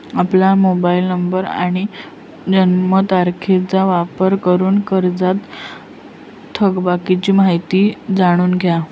आपला mobile number आणि जन्मतारखेचा वापर करून कर्जत थकबाकीची माहिती जाणून घ्या